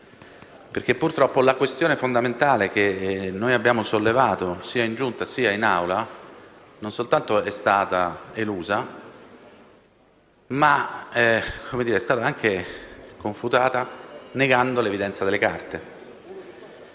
resa in Giunta. La questione fondamentale che abbiamo sollevato, sia in Giunta che in Assemblea, non soltanto è stata elusa, ma è stata anche confutata negando l'evidenza delle carte.